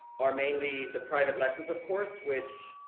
are mainly the private lessons, of course, which,